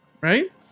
right